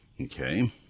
Okay